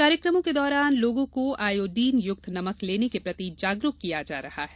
कार्यक्रमों के दौरान लोगों को आयोडीनयुक्त नमक लेने के प्रति जागरुक किया जा रहा है